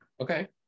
Okay